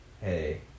hey